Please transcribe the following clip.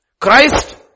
Christ